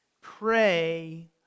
pray